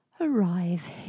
arrive